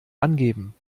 angeben